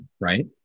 right